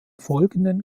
folgenden